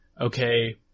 okay